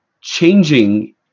changing